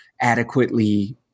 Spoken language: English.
adequately